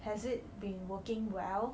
has it been working well